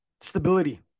stability